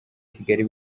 kigali